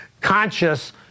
conscious